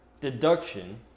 deduction